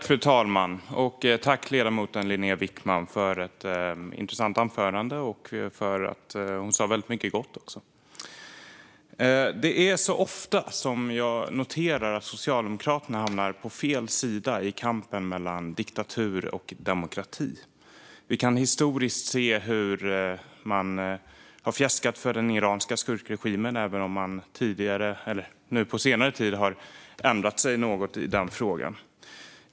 Fru talman! Jag tackar ledamoten Linnéa Wickman för ett intressant anförande och för att hon också sa väldigt mycket gott. Jag noterar ofta att Socialdemokraterna hamnar på fel sida i kampen mellan diktatur och demokrati. Vi kan historiskt se hur man har fjäskat för den iranska skurkregimen, även om man på senare tid har ändrat sig något i den frågan.